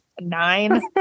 Nine